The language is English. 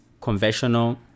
conventional